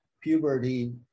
puberty